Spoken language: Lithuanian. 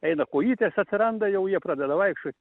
eina kojytės atsiranda jau jie pradeda vaikščiot